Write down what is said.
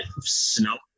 snow